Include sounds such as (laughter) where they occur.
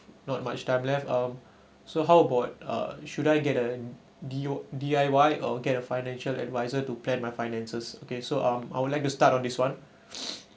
not much time left um so how about uh should I get a D_O D_I_Y or get a financial advisor to plan my finances okay so um I would like to start on this one (breath)